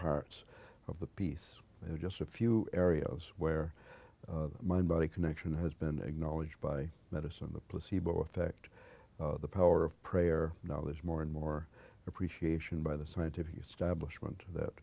parts of the piece they are just a few areas where the mind body connection has been acknowledged by medicine the placebo effect the power of prayer know there's more and more appreciation by the scientific establishment that